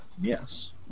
Yes